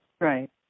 Right